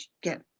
get